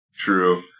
True